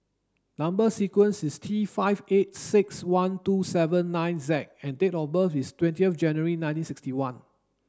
number sequence is T five eight six one two seven nine Z and date of birth is twenty of January nineteen sixty one